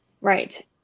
Right